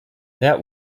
that